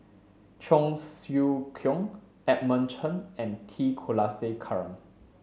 Cheong Siew Keong Edmund Chen and T Kulasekaram